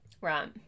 Right